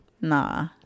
nah